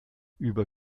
über